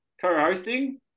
co-hosting